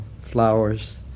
flowers